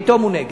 פתאום הוא נגד.